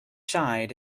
side